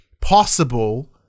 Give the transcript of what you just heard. possible